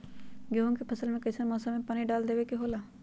गेहूं के फसल में कइसन मौसम में पानी डालें देबे के होला?